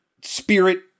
spirit